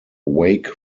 wake